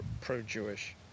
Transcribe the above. pro-Jewish